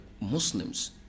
Muslims